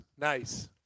Nice